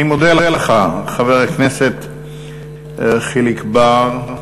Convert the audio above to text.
אני מודה לך, חבר הכנסת חיליק בר.